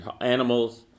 animals